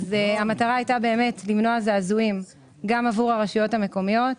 המטרה הייתה למנוע זעזועים גם עבור הרשויות המקומיות.